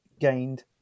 Gained